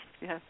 yes